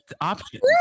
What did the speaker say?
options